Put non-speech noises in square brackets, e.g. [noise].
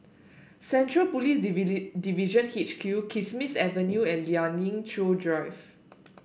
Central Police [unintelligible] Division H Q Kismis Avenue and Lien Ying Chow Drive